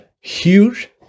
Huge